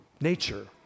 nature